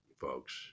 folks